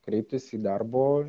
kreiptis į darbo